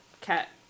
Cat